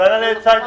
אולי נשאל את זה